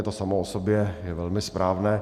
To samo o sobě je velmi správné.